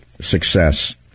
success